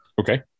Okay